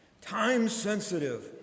Time-sensitive